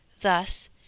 Thus